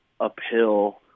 uphill